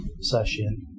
session